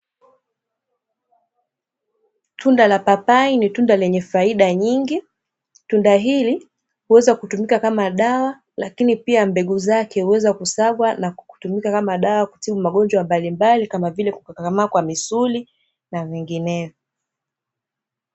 Tunda la papai ni tunda lenye faida nyingi, tunda hili huweza kutumika kama dawa, lakini pia mbegu zake huweza kusagwa na kutumika kama dawa ya kutibu magonjwa mbalimbali, kama vile, kukakamaa kwa misuli na mengineyo.